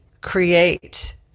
create